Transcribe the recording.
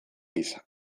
gisa